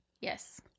Yes